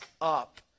up